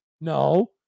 no